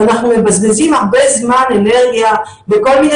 אנחנו מבזבזים זמן ואנרגיה בכל מיני